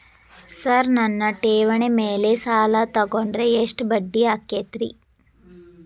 Sir ನನ್ನ ಠೇವಣಿ ಮೇಲೆ ಸಾಲ ತಗೊಂಡ್ರೆ ಎಷ್ಟು ಬಡ್ಡಿ ಆಗತೈತ್ರಿ?